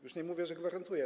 Już nie mówię: gwarantuje.